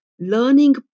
learning